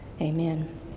amen